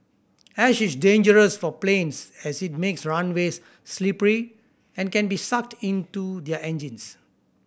ash is dangerous for planes as it makes runways slippery and can be sucked into their engines